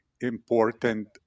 important